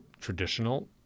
traditional